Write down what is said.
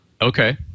Okay